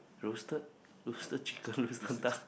roasted roasted chicken roasted duck